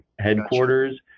headquarters